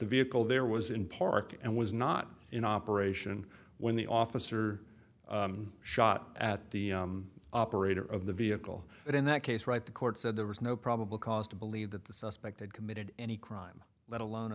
vehicle there was in park and was not in operation when the officer shot at the operator of the vehicle and in that case right the court said there was no probable cause to believe that the suspect had committed any crime let alone